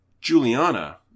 Juliana